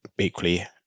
equally